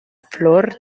flor